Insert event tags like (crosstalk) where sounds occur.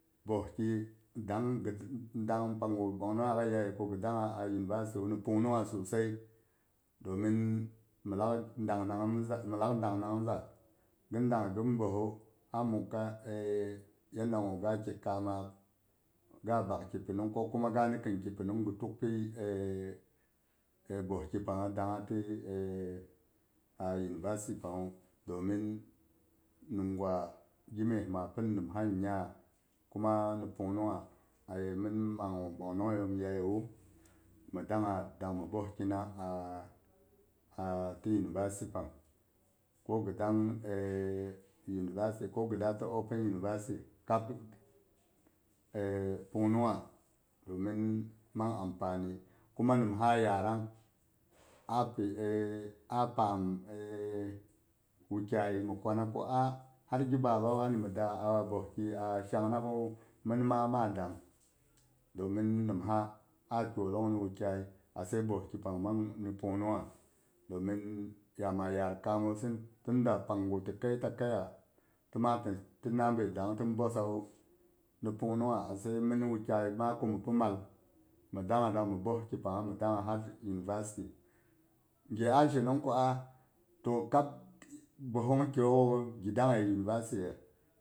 Boeh ki dang pang gu ɓong nogn yaye ko ghi dangha a university ni pung nung ha sosai domin mi lak dang nang za mi lak dang nang za ghin dang hai ghin ghin boehu a mughaga (hesitation) yanda gu ga ake kamak ga bak ki pinung ko kuma ga ni khin ki pinung gi tukpi (hesitation) boeh ki pangha a university pang nu domin nimgwa gi meh ma pin nimsa nya kuma ni pung nungha aye min ma gu bung nongye yam yayewu, mhi dangha dang mi boeh kina a a ti university pang ko ghi ko gyi dang (hesitation) university ko ghi da ti open university kab en pung nung ha domin mang ampani kuma nimha yarang api eh a pam (hesitation) wukyayi mi kwa na ku a har gi baba wani mi da boeh ki a shang naku min ma ma dang. Domin nimha a kyollong ni wukyayi ase boeh ki pang mang ni pung nung ha domin ya ma yad kamo sin tun da pang gu ti kai ta kaiya tin ma tin na bai dang tn boesawu pung nung ha ase min wukyai ma mi pi mal mi dangha dang mi boes ki pangha har university ge a she nong ku ah to kab boehong kyokhu gi danghai university ye?